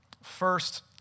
First